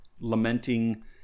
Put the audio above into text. lamenting